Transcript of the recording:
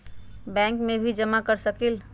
Bank में भी जमा कर सकलीहल?